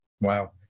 Wow